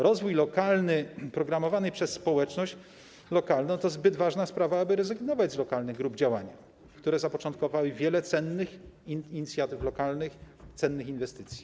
Rozwój lokalny programowany przez społeczność lokalną to zbyt ważna sprawa, aby rezygnować z lokalnych grup działania, które zapoczątkowały wiele cennych inicjatyw lokalnych, cennych inwestycji.